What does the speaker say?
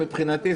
מבחינתי,